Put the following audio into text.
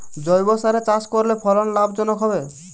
জৈবসারে চাষ করলে ফলন লাভজনক হবে?